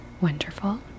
Wonderful